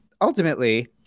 ultimately